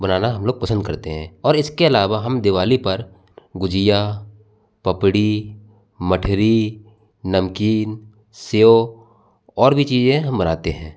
बनाना हम लोग पसंद करते हैं और इसके अलावा हम दिवाली पर गुझिया पपड़ी मठरी नमकीन सेव और भी चीजें हम बनाते हैं